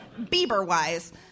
Bieber-wise